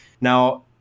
Now